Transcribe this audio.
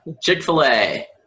Chick-fil-A